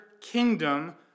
kingdom